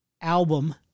album